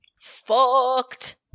fucked